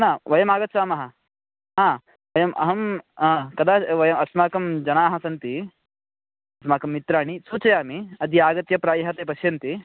न वयमागच्छामः आम् एवम् अहम् अ कदा वयम् अस्माकं जनाः सन्ति अस्माकं मित्राणि सूचयामि अद्य आगत्य प्रायः ते पश्यन्ति